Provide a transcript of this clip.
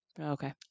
Okay